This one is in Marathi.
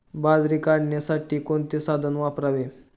बाजरी काढण्यासाठी कोणते साधन वापरावे?